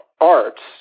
arts